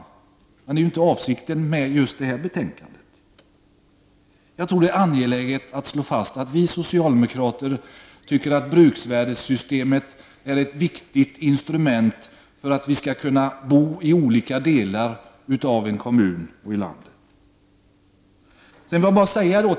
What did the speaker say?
Men det kan ju inte vara avsikten när det gäller just det här betänkandet. Jag tror att det är angeläget att slå fast att vi socialdemokrater tycker att bruksvärdessystemet är ett viktigt instrument för att man skall kunna bo i olika delar av en kommun och i olika delar av landet.